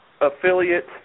affiliate